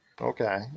Okay